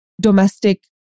Domestic